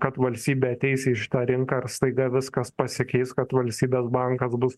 kad valstybė ateis į šitą rinką ir staiga viskas pasikeis kad valstybės bankas bus